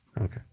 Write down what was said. Okay